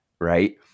right